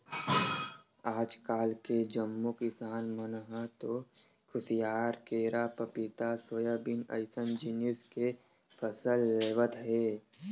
आजकाल के जम्मो किसान मन ह तो खुसियार, केरा, पपिता, सोयाबीन अइसन जिनिस के फसल लेवत हे